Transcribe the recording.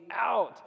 out